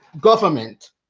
government